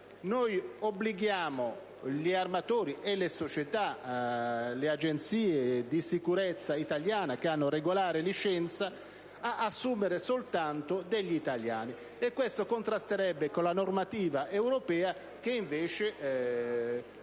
obblighiamo gli armatori e le agenzie di sicurezza italiane che hanno regolare licenza ad assumere soltanto degli italiani: questo contrasterebbe con la normativa europea, che invece